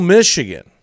Michigan